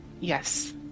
yes